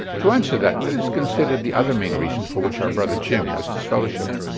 to answer that, let us consider the other main reason for which our brother jim was disfellowshipped.